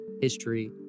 history